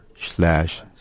slash